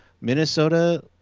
Minnesota